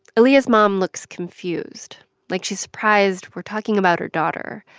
aaliyah's mom looks confused, like she's surprised we're talking about her daughter.